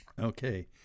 Okay